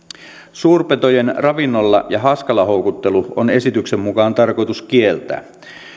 suurpetojen ravinnolla ja haaskalla houkuttelu on esityksen mukaan tarkoitus kieltää